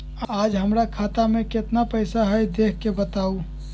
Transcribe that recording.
आज हमरा खाता में केतना पैसा हई देख के बताउ?